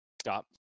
stop